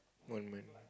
what you mean